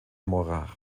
morar